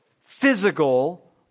physical